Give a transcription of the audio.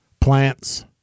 Plants